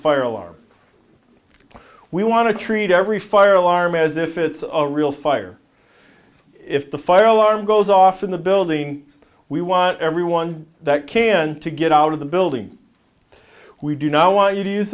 fire alarm we want to treat every fire alarm as if it's a real fire if the fire alarm goes off in the building we want everyone that can to get out of the building we do know w